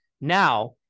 Now